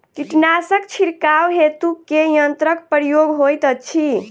कीटनासक छिड़काव हेतु केँ यंत्रक प्रयोग होइत अछि?